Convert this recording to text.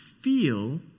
feel